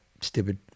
stupid